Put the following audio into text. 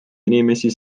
inimesi